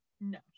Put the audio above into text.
No